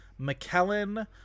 McKellen